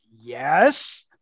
yes